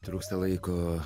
trūksta laiko